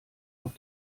auf